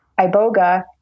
Iboga